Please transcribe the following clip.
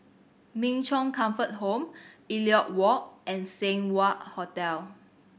Min Chong Comfort Home Elliot Walk and Seng Wah Hotel